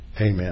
Amen